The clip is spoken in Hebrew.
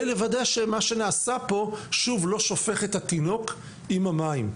לוודא שמה שנעשה פה שוב לא שופך את התינוק עם המים.